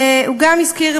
והוא גם הזכיר,